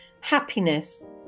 happiness